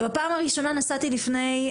ובפעם הראשונה נסעתי לפני,